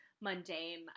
mundane